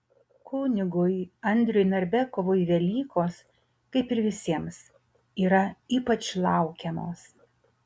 kunigui andriui narbekovui velykos kaip ir visiems yra ypač laukiamos